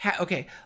okay